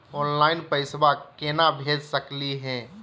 Online पैसवा केना भेज सकली हे?